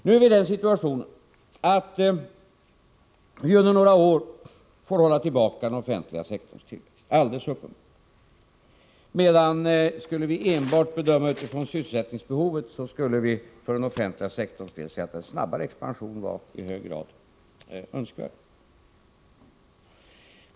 Nu är vi i den situationen att det är alldeles uppenbart att vi under några år får hålla tillbaka den offentliga sektorns tillväxt, men skulle vi se enbart till sysselsättningsbehovet skulle vi säga att en snabbare expansion av denna sektor vore i hög grad önskvärd.